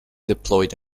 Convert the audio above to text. deployed